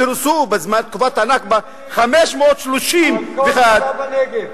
נהרסו בתקופת ה"נכבה" 531. על כל גבעה בנגב,